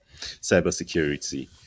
cybersecurity